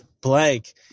blank